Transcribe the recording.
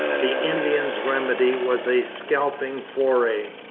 the indian's remedy was a scalping foray.